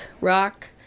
rock